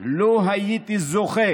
לו הייתי זוכה